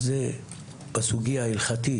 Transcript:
אז זה בסוגיה ההלכתית,